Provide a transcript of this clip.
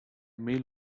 meal